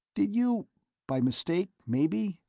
did you by mistake, maybe?